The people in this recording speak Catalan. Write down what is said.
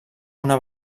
una